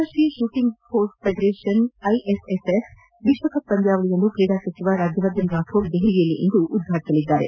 ಅಂತಾರಾಷ್ಟೀಯ shooting sport federation ISSF ವಿಶ್ವಕಪ್ ಪಂದ್ಯಾವಳಿಯನ್ನು ಕ್ರೀಡಾ ಸಚಿವ ರಾಜ್ಯವರ್ಧನ್ ರಾಥೋಡ್ ನವದೆಹಲಿಯಲ್ಲಿಂದು ಉದ್ಘಾಟಿಸಲಿದ್ದಾರೆ